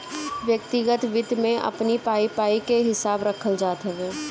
व्यक्तिगत वित्त में अपनी पाई पाई कअ हिसाब रखल जात हवे